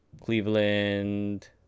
Cleveland